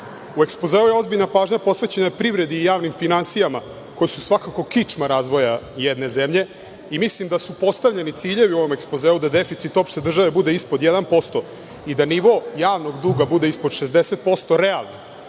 ekspozeu je ozbiljna pažnja posvećena privredi i javnim finansijama, koji su svakako kičma razvoja jedne zemlje i mislim da su postavljeni ciljevi u ovom ekspozeu da deficit opšte države bude ispod 1% i da nivo javnog duga bude ispod 60% realno